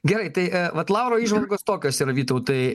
gerai tai vat lauro įžvalgos tokios yra vytautai